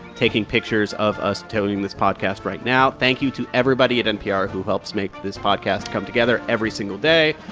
taking pictures of us telling this podcast right now. thank you to everybody at npr who helps make this podcast come together every single day,